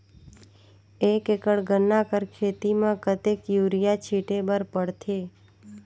एक एकड़ गन्ना कर खेती म कतेक युरिया छिंटे बर पड़थे?